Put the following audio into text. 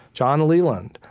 john leland,